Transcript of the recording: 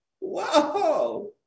wow